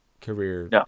career